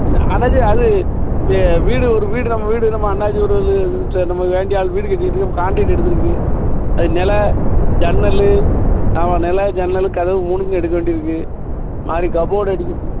அண்ணாச்சி அது வீடு ஒரு வீடு நம்ம வீடு நம்ம அண்ணாச்சி ஒரு இது நமக்கு வேண்டிய ஆள் வீடு கட்டிட்டுருக்கு கான்ட்ரக்ட் எடுத்திருக்கு அதுக்கு நெலை ஜன்னல் ஆமாம் நெலை ஜன்னல் கதவு மூணுக்கும் எடுக்க வேண்டி இருக்குது நாளைக்கு கபோர்டு அடிக்கணும்